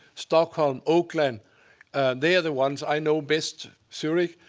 stockholm, auckland they are the ones i know best, zurich.